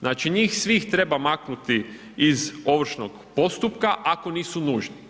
Znači njih sve treba maknuti iz ovršnog postupka ako nisu nužni.